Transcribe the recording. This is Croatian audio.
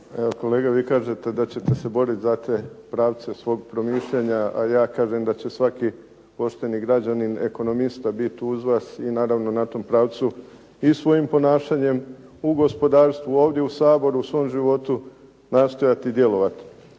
Kolega vi kažete da ćete se boriti za te pravce svog promišljanja, a ja kažem da će svaki pošteni građanin, ekonomista biti uz vas i naravno na tom pravcu i svojim ponašanjem u gospodarstvu, ovdje u Saboru, u svom životu nastojati djelovati.